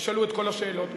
ותשאלו את כל השאלות.